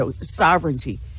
sovereignty